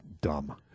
Dumb